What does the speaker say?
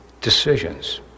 decisions